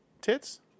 tits